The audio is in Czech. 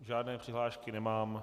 Žádné přihlášky nemám.